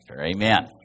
Amen